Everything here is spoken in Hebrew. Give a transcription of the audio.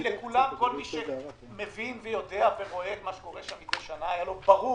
לכל מי שמבין ויודע ורואה מה קורה שם מידי שנה היה ברור